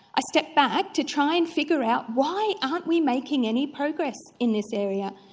i stepped back to try and figure out why aren't we making any progress in this area?